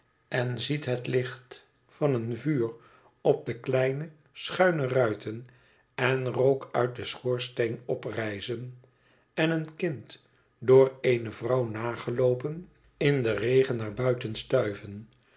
en ziet het licht van een vuur op de kleine schuine ruiten en rook uit den schoorsteen oprijzen en een kind door eene vrouw nageloopen in den regen naar buiten stuiven